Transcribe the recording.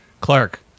Clark